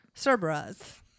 Cerberus